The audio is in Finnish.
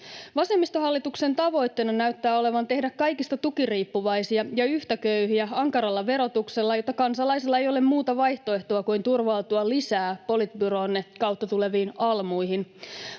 Vasemmistohallituksen tavoitteena näyttää olevan tehdä kaikista tukiriippuvaisia ja yhtä köyhiä ankaralla verotuksella, jotta kansalaisilla ei ole muuta vaihtoehtoa kuin turvautua lisää politbyroonne kautta tuleviin almuihin.